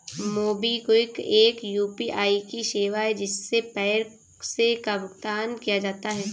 MobiKwik एक UPI की सेवा है, जिससे पैसे का भुगतान किया जाता है